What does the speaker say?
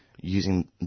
using